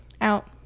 Out